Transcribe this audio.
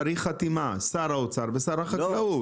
צריך חתימה של שר האוצר ושר החקלאות.